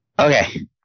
Okay